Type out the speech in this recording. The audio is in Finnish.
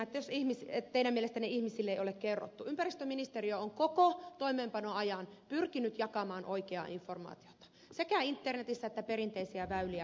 jos teidän mielestänne ihmisille ei ole kerrottu niin ympäristöministeriö on koko toimeenpanoajan pyrkinyt jakamaan oikeaa informaatiota sekä internetissä että perinteisten väylien kautta